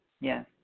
yes